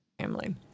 family